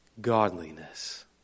godliness